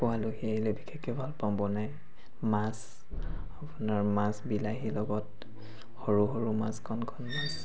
মই আলহী আহিলে বিশেষকৈ ভাল পাওঁ বনাই মাছ আপোনাৰ মাছ বিলাহীৰ লগত সৰু সৰু মাছ কণ কণ মাছ